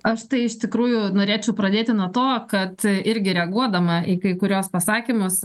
aš tai iš tikrųjų norėčiau pradėti nuo to kad irgi reaguodama į kai kuriuos pasakymus